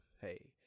hey